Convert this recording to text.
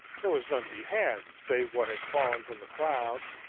there was none to be had, save what had fallen from the clouds,